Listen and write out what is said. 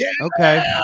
okay